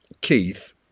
Keith